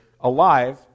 alive